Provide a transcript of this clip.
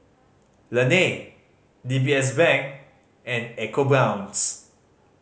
Laneige D B S Bank and ecoBrown's